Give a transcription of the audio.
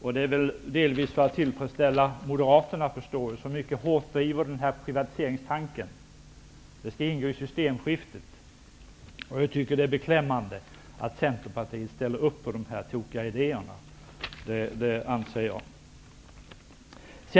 Detta görs väl delvis för att tillfredsställa Moderaterna, som mycket hårt driver den här privatiseringstanken. Det ingår i systemskiftet. Jag tycker att det är beklämmande att Centerpartiet ställer upp på de här tokiga idéerna.